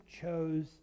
chose